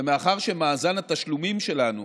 ומאחר שמאזן התשלומים שלנו,